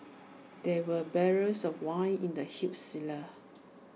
there were barrels of wine in the huge cellar